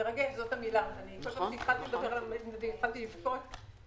התחלתי לבכות,